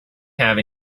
have